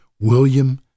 William